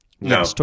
no